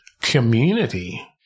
Community